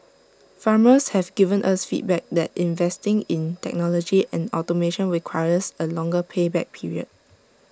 farmers have given us feedback that investing in technology and automation requires A longer pay back period